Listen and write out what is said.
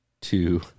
two